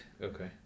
okay